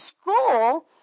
school